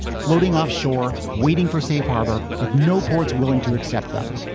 floating off shore, waiting for safe harbor with no ports willing to accept them,